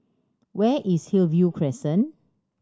where is Hillview Crescent